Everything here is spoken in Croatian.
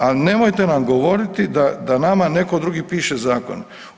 Ali nemojte nam govoriti da nama netko drugi piše zakone.